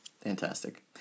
Fantastic